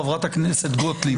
חברת הכנסת גוטליב.